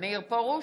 מאיר פרוש,